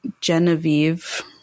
Genevieve